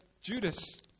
Judas